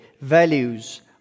values